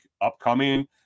upcoming